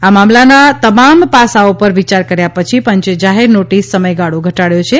આ મામલાના તમામ પાસાઓ પર વિચાર કર્યા પછી પંચે જાહેર નોટિસ સમયગાળો ઘટાડયો છે